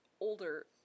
older